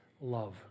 Love